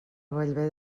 bellver